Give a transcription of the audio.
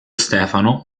stefano